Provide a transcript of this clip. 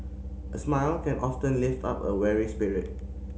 a smile can often lift up a weary spirit